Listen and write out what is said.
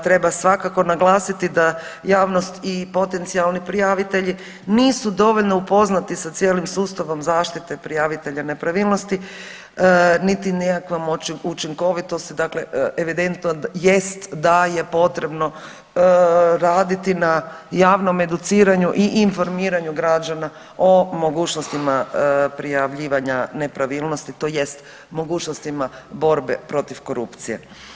Treba svakako naglasiti da javnost i potencijalni prijavitelji nisu dovoljno upoznati sa cijelim sustavom zaštite prijavitelja nepravilnosti niti nekakvom učinkovitosti, dakle evidentno jest da je potrebno raditi na javnom educiranju i informiranju građana o mogućnostima prijavljivanja nepravilnosti tj. mogućnostima borbe protiv korupcije.